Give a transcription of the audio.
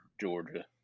Georgia